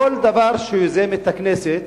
כל דבר שיוזמת הכנסת,